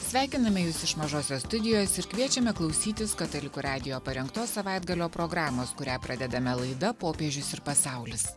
sveikiname jus iš mažosios studijos ir kviečiame klausytis katalikų radijo parengtos savaitgalio programos kurią pradedame laida popiežius ir pasaulis